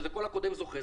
שזה כל הקודם זוכה,